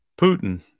Putin